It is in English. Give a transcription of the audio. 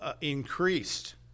increased